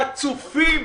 חצופים.